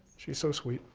she's so sweet.